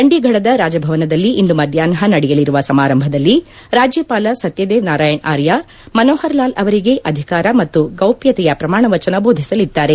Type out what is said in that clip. ಚಂಡಿಗಥದ ರಾಜಭವನದಲ್ಲಿ ಇಂದು ಮಧ್ಯಾಹ್ವ ನಡೆಯಲಿರುವ ಸಮಾರಂಭದಲ್ಲಿ ರಾಜ್ಯಪಾಲ ಸತ್ಯದೇವ್ ನಾರಾಯಣ್ ಆರ್ಯ ಮನೋಹರ್ ಲಾಲ್ ಅವರಿಗೆ ಅಧಿಕಾರ ಮತ್ತು ಗೌಪ್ಯತೆಯ ಪ್ರಮಾಣವಚನ ಬೋಧಿಸಲಿದ್ದಾರೆ